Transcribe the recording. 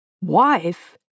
Wife